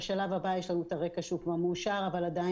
בשלב הזה יש לנו את הרקע שהוא כבר מאושר אבל עדיין